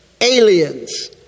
aliens